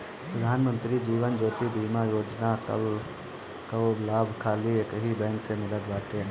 प्रधान मंत्री जीवन ज्योति बीमा योजना कअ लाभ खाली एकही बैंक से मिलत बाटे